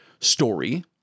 story